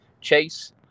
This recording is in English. Chase